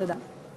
תודה.